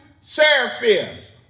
seraphims